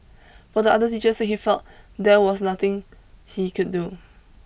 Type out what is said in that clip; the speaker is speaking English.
but the others teacher said he felt there was nothing he could do